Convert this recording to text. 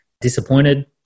disappointed